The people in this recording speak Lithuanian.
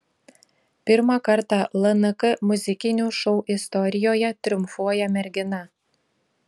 pirmą kartą lnk muzikinių šou istorijoje triumfuoja mergina